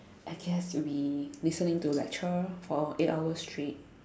I guess should be listening to lecture for eight hours straight